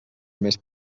més